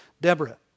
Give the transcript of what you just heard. Deborah